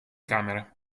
camere